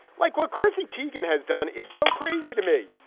like what chrissy tiguan has done is so crazy to me.